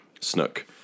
Snook